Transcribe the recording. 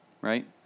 right